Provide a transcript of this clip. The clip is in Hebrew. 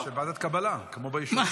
יש ועדת קבלה, כמו ביישוב.